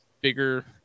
bigger